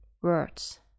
words